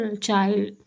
child